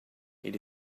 ele